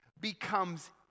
becomes